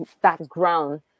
background